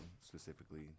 specifically